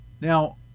now